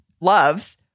loves